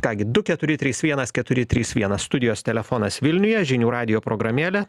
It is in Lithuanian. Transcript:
ką gi du keturi trys vienas keturi trys vienas studijos telefonas vilniuje žinių radijo programėlė